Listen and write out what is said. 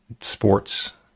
sports